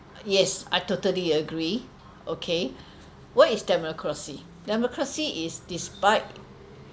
yes I totally agree okay what is democracy democracy is despite